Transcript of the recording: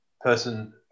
person